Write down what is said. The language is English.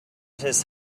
his